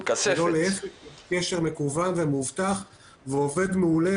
יש קשר מקוון ומאובטח והוא עובד מעולה